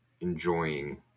enjoying